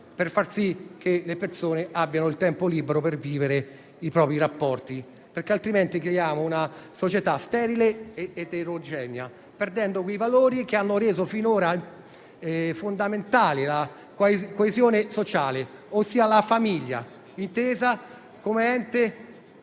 per far sì che le persone abbiano tempo libero per vivere i propri rapporti, altrimenti creiamo una società sterile ed eterogenea, perdendo quei valori che hanno reso finora fondamentale la coesione sociale, ossia la famiglia intesa come ente